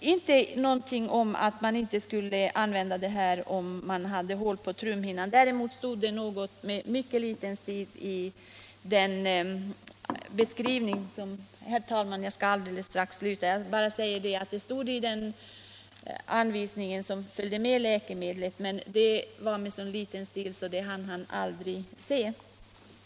inte stått någonting om att man inte kunde använda medlet om man hade hål på trumhinnan, men däremot hade detta angivits i den anvisning som följde med läkemedlet, men där stod det med så liten stil att han inte kunnat läsa det.